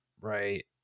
right